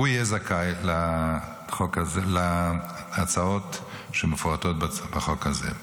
יהיה זכאי להצעות שמפורטות בחוק הזה.